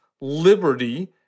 liberty